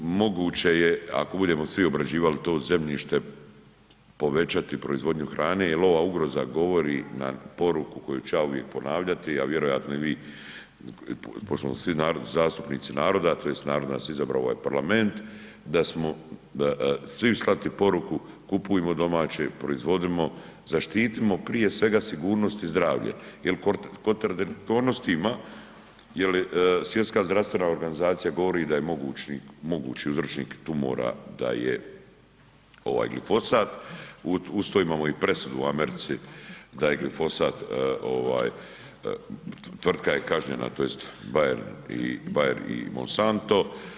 Moguće je ako budemo svi obrađivali to zemljište povećati proizvodnju hrane jel ova ugroza govori na poruku koju ću ja uvijek ponavljati, a vjerojatno i vi pošto smo svi zastupnici naroda tj. narod nas je izabrao u ovaj parlament, da smo, svim slati poruku kupujmo domaće, proizvodimo, zaštitimo prije svega sigurnost i zdravlje jel kontradiktornosti ima, jel Svjetska zdravstvena organizacija govori da je mogući uzročnik tumora da je ovaj glifosat, uz to imamo i presudu u Americi da je glifosat ovaj, tvrtka je kažnjena tj. Bayern i, Bayer i Monsanto.